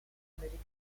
americana